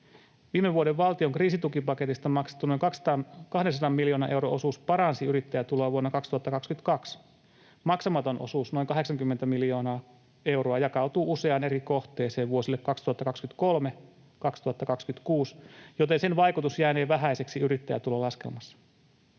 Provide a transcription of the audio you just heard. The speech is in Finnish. Viime vuoden valtion kriisitukipaketista maksettu noin 200 miljoonan euron osuus paransi yrittäjätuloa vuonna 2022. Maksamaton osuus, noin 80 miljoonaa euroa, jakautuu useaan eri kohteeseen vuosille 2023—2026, joten sen vaikutus jäänee vähäiseksi yrittäjätulolaskelmassa.